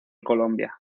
colombia